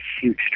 huge